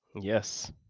Yes